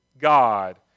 god